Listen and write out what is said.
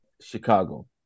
Chicago